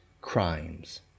crimes